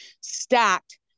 stacked